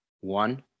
one